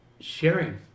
sharing